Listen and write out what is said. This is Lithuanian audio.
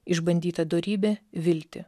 išbandyta dorybė viltį